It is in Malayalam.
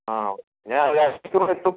അ ഞാൻ അര മണിക്കൂറിൽ എത്തും